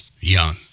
young